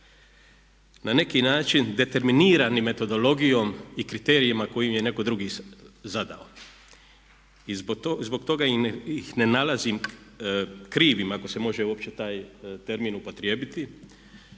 na neki način determinirani metodologijom i kriterijima koje im je netko drugi zadao. I zbog toga ih ne nalazim krivim ako se može uopće taj termin upotrijebiti.